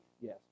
Yes